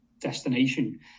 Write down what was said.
destination